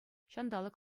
ҫанталӑк